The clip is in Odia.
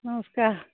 ନମସ୍କାର